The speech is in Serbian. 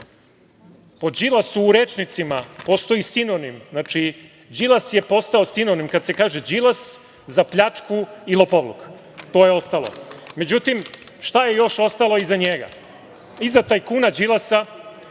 Po Đilasu u rečnicima postoji sinonim, Đilas je postao sinonim. Kad se kaže Đilas - za pljačku i lopovluk, to je ostalo.Međutim, šta je još ostalo iza njega? Iza tajkuna Đilasa